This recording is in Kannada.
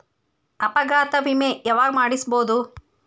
ಅಪಘಾತ ವಿಮೆ ಯಾವಗ ಮಾಡಿಸ್ಬೊದು?